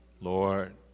Lord